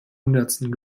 hundertsten